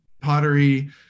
pottery